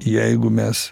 jeigu mes